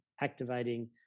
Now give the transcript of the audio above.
activating